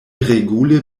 regule